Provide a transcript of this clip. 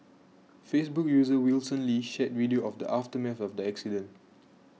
Facebook user Wilson Lee shared video of the aftermath of the accident